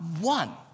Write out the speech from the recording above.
One